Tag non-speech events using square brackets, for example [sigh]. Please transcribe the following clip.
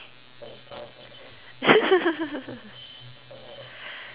[laughs]